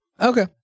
Okay